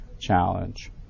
challenge